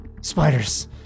Spiders